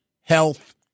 health